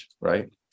right